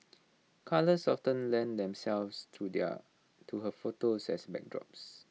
colours often lend themselves to their to her photos as backdrops